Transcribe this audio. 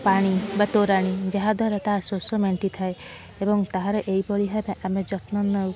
ପାଣି ବା ତୋରାଣି ଯାହା ଦ୍ୱାରା ତା ଶୋଷ ମେଣ୍ଟିଥାଏ ଏବଂ ତାହାର ଏହିପରି ଭାବର ଆମେ ଯତ୍ନ ନେଉ